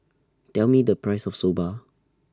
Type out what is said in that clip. Tell Me The Price of Soba